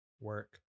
Work